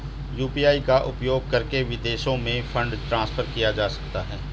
UPI का उपयोग करके विदेशों में फंड ट्रांसफर किया जा सकता है?